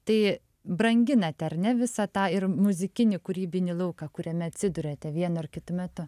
tai branginat ar ne visą tą ir muzikinį kūrybinį lauką kuriame atsiduriate vienu ar kitu metu